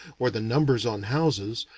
or the numbers on houses,